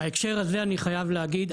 בהקשר הזה אני חייב להגיד,